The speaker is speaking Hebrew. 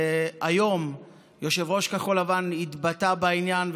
והיום יושב-ראש כחול לבן התבטא בעניין,